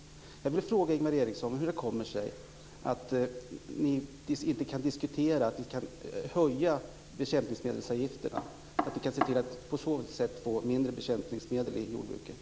Jag vill fråga Ingvar Eriksson hur det kommer sig att ni inte kan diskutera att vi ska höja bekämpningsmedelsavgifterna och se till att på så sätt få mindre bekämpningsmedel i jordbruket.